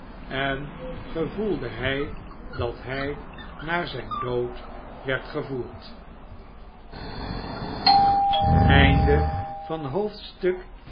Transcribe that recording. en gevoeldehij dat hij naar zijn dood werd gevoerd